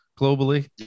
globally